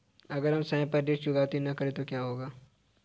अगर हम समय पर ऋण चुकौती न करें तो क्या होगा?